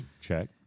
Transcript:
check